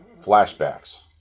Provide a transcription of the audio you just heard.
flashbacks